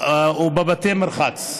ובבתי מרחץ.